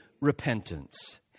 repentance